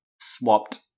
Swapped